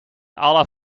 alle